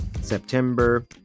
September